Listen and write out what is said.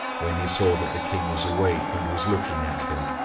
when he saw that the king was awake and was looking at him.